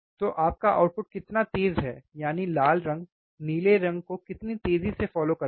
तो आपका आउटपुट कितना तेज़ है यानी लाल रंग नीले रंग को कितनी तेज़ी से फ़ौलो करता है